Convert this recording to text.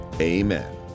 Amen